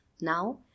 Now